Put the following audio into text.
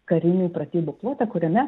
karinių pratybų plotą kuriame